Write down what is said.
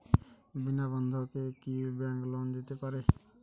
বিনা বন্ধকে কি bank loan দিতে পারে?